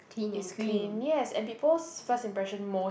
is clean yes and people's first impression most~